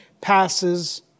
passes